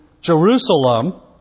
Jerusalem